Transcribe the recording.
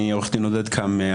אני עו"ד עודד קם,